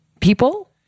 people